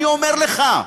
אני אומר לך,